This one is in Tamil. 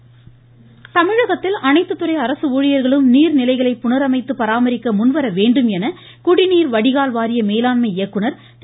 மகேஷ்வரன் தமிழகத்தில் அனைத்துறை அரசு ஊழியர்களும் நீர்நிலைகளை புனரமைத்து பராமரிக்க முன்வர என குடிநீர் வடிகால் வாரிய மேலாண்மை இயக்குநர் திரு